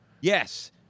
Yes